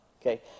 okay